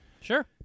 Sure